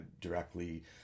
directly